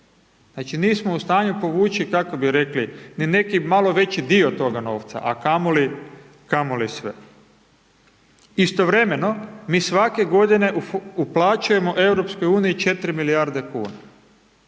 Znači, nismo u stanju povući, kako bi rekli, ni neki malo veći dio toga novca, a kamoli, kamoli sve. Istovremeno, mi svake godine uplaćujemo EU 4 milijarde kuna,